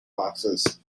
boxes